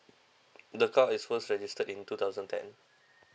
the car is first registered in two thousand ten